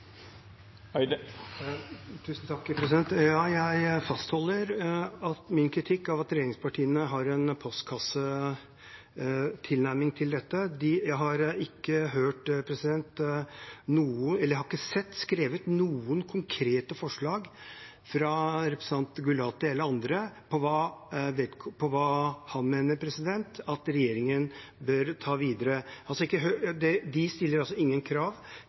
Jeg fastholder min kritikk av at regjeringspartiene har en postkassetilnærming til dette. Jeg har ikke sett skrevet noen konkrete forslag fra representanten Gulati eller andre om hva man mener at regjeringen bør ta videre. De stiller ingen krav til regjeringen rundt dette, og de